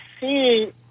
see